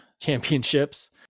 championships